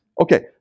Okay